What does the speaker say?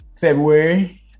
February